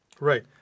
Right